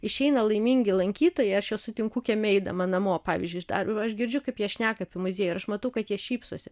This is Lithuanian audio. išeina laimingi lankytojai aš juos sutinku kieme eidama namo pavyzdžiui iš darbo aš girdžiu kaip jie šneka apie muziejų ir aš matau kad jie šypsosi